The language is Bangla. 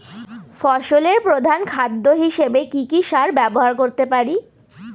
ফসলের প্রধান খাদ্য হিসেবে কি কি সার ব্যবহার করতে পারি?